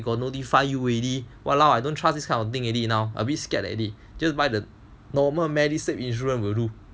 got notify you already !walao! I don't try this kind of thing already now a bit scared already just by the normal medicine insurance will do